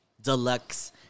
Deluxe